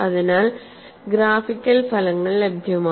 അതിനാൽ ഗ്രാഫിക്കൽ ഫലങ്ങൾ ലഭ്യമാണ്